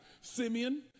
Simeon